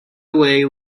away